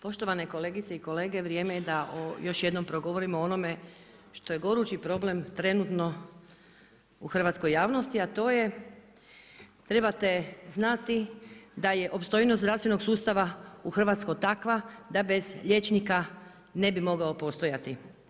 Poštovane kolegice i kolege, vrijeme da još jednom progovorimo o onome što je gorući problem trenutno u hrvatskoj javnosti a to je trebate znati da je opstojnost zdravstvenog sustava u Hrvatskoj takva da bez liječnika ne bi mogao postojati.